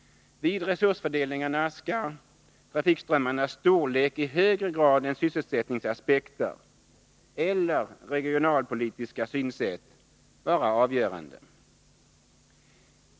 Vid resursfördelningarna skall trafikströmmarnas storlek i högre grad än sysselsättningsaspekter eller regionalpolitiska synsätt vara avgörande.